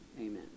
amen